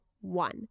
one